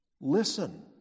Listen